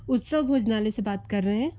उत्सव भोजनालय से बात कर रहे हैं